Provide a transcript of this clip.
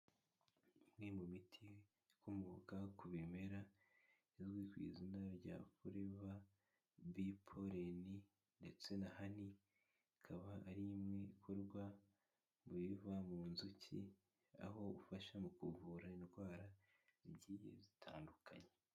Imwe mu miti ikomoka ku bimera izwi ku izina rya Forever Be Poleni ndetse na Hani, ikaba ari imwe ikorwa mu biva mu nzuki aho ifasha mu kuvura indwara zigiye zitandukanye.